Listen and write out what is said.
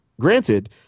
Granted